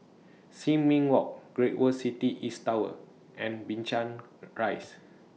Sin Ming Walk Great World City East Tower and Binchang Rise